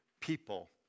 people